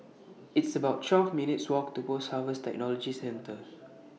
It's about twelve minutes' Walk to Post Harvest Technology Center